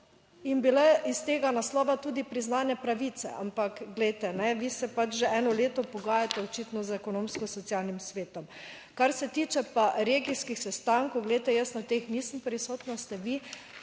jim bile iz tega naslova tudi priznane pravice. Ampak glejte, vi se pač že eno leto pogajate očitno z Ekonomsko-socialnim svetom. Kar se tiče pa regijskih sestankov, glejte, jaz na teh nisem prisotna, ste vi,